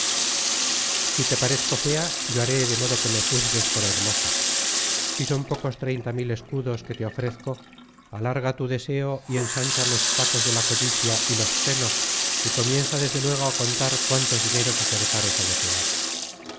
si te parezco fea yo haré de modo que me juz gues por hermosa si son pocos treinta mil escudos que te ofrezco alarga tu deseo y ensancha los sacos de la codicia y los senos y comienza desde luego á contar cuantos dineros acertares á desear